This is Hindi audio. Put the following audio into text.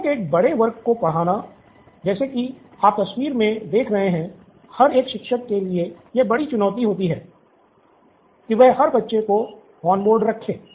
छात्रों के एक बड़े वर्ग को पढ़ना जैसे कि आप तस्वीर में देख रहे हैं हर एक शिक्षक के लिए यह बड़ी चुनौती होती हैं कि वह हर बच्चे को ऑन बोर्ड रखे